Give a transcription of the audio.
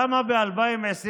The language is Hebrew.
למה ב-2021